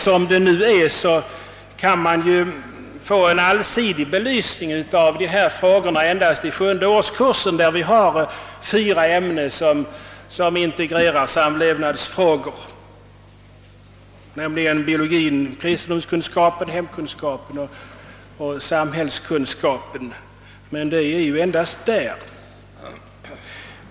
Som det nu är kan man få en allsidig belysning av detta problem endast i sjunde årskursen, där vi har fyra ämnen som integrerar samlevnadsfrågor — biologin, kristendoms kunskapen, hemkunskapen och samhällskunskapen — men det är endast där.